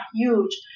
huge